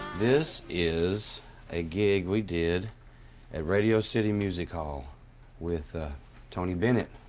this is a gig we did at radio city music hall with ah tony bennett.